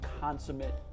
consummate